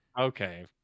Okay